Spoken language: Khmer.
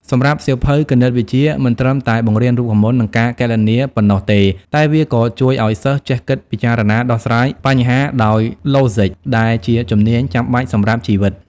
សម្រាប់សៀវភៅ គណិតវិទ្យា មិនត្រឹមតែបង្រៀនរូបមន្តនិងការគណនាប៉ុណ្ណោះទេ តែវាក៏ជួយឱ្យសិស្សចេះគិតពិចារណាដោះស្រាយបញ្ហាដោយឡូស៊ីក ដែលជាជំនាញចាំបាច់សម្រាប់ជីវិត។